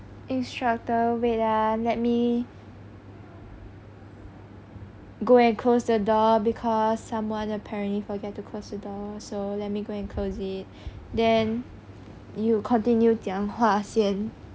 instructor wait ah let me go and closed the door because someone apparently forget to close the door so let me go and close it then you continue 讲话先